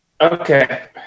Okay